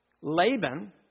Laban